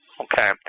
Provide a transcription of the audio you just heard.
Okay